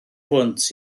hwnt